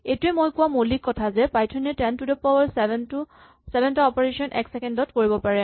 এইটোৱেই মই কোৱা মৌলিক কথা আছিল যে পাইথন এ ten to the power seven টা অপাৰেচন এক ছেকেণ্ড ত কৰিব পাৰে